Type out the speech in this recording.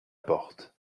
porte